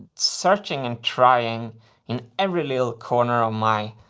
searching and trying in every little corner of my.